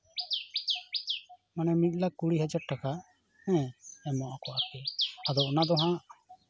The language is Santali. ᱢᱟᱱᱮ ᱢᱤᱫ ᱞᱟᱠᱷ ᱠᱩᱲᱤ ᱦᱟᱡᱟᱨ ᱴᱟᱠᱟ ᱦᱮᱸ ᱮᱢᱚᱜ ᱟᱠᱚ ᱟᱨᱠᱤ ᱟᱫᱚ ᱚᱱᱟ ᱫᱚ ᱦᱟᱸᱜ